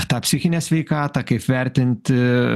tą psichinę sveikatą kaip vertinti